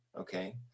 okay